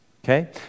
Okay